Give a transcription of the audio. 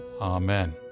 Amen